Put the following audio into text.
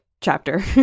Chapter